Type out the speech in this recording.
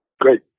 great